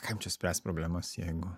kam čia spręst problemas jeigu